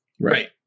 right